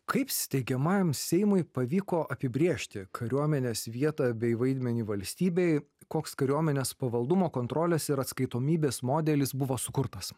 kaip steigiamajam seimui pavyko apibrėžti kariuomenės vietą bei vaidmenį valstybėj koks kariuomenės pavaldumo kontrolės ir atskaitomybės modelis buvo sukurtas